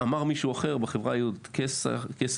אמר מישהו אחר בחברה היהודית: כסף,